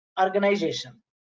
organization